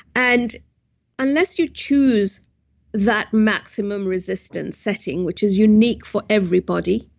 and unless you choose that maximum resistance setting which is unique for everybody,